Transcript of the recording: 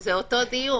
זה אותו דיון.